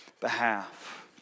behalf